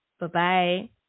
Bye-bye